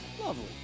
lovely